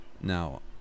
Now